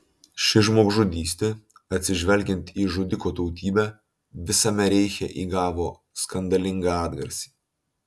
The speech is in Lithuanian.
ši žmogžudystė atsižvelgiant į žudiko tautybę visame reiche įgavo skandalingą atgarsį